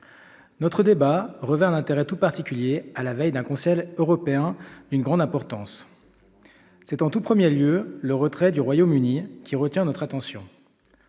Notre débat revêt un intérêt tout particulier à la veille d'un Conseil européen d'une grande importance. C'est en tout premier lieu le retrait du Royaume-Uni qui retient notre attention.